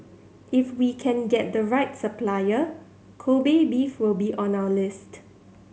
if we can get the right supplier Kobe beef will be on our list